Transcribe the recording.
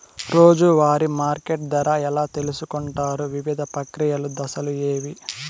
రోజూ వారి మార్కెట్ ధర ఎలా తెలుసుకొంటారు వివిధ ప్రక్రియలు దశలు ఏవి?